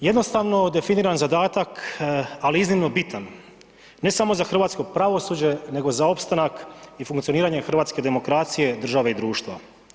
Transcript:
Jednostavno definiran zadatak, ali iznimno bitan, ne samo za hrvatsko pravosuđe nego za opstanak i funkcioniranje hrvatske demokracije, države i društva.